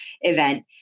event